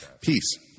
Peace